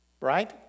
right